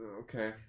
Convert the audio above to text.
okay